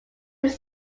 lift